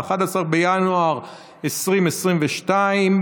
11 בינואר 2022,